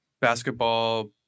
basketball